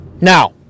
Now